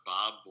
Bob